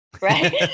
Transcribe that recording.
right